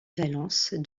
valence